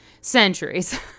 centuries